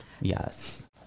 Yes